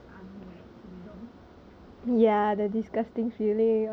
at least um my socks aren't wet you know